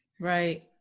Right